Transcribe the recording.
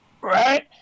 Right